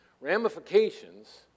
ramifications